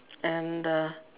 and uh